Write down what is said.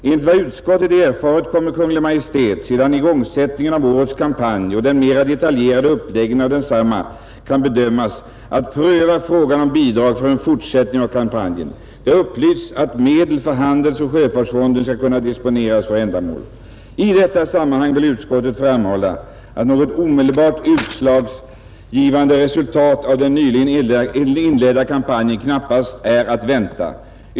——— Enligt vad utskottet erfarit kommer Kungl. Maj:t sedanigångsättningen av årets kampanj och den mer detaljerade uppläggningen av densamma kan bedömas att pröva frågan om bidrag för en fortsättning av kampanjen, Det har upplysts att medel från handelsoch sjöfartsfonden skall kunna disponeras för ändamålet. I detta sammanhang vill utskottet framhålla att något omedelbart utslagsgivande resultat av den nyligen inledda kampanjen knappast är att vänta.